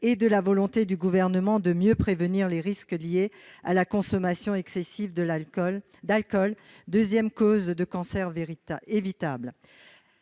et la volonté du Gouvernement de mieux prévenir les risques liés à la consommation excessive d'alcool, laquelle constitue la deuxième cause de cancer évitable.